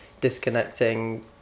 disconnecting